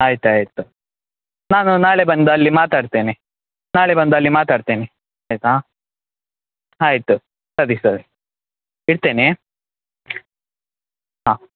ಆಯ್ತು ಆಯಿತು ನಾನು ನಾಳೆ ಬಂದು ಅಲ್ಲಿ ಮಾತಾಡ್ತೇನೆ ನಾಳೆ ಬಂದು ಅಲ್ಲಿ ಮಾತಾಡ್ತೇನೆ ಆಯಿತಾ ಆಯಿತಾ ಸರಿ ಸರ್ ಇಡ್ತೇನೆ ಹಾಂ